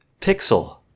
Pixel